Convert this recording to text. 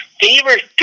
favorite